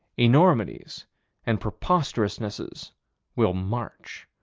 enormities and preposterousnesses will march.